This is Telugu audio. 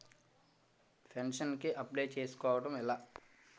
పెన్షన్ కి అప్లయ్ చేసుకోవడం ఎలా?